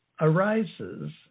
arises